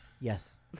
Yes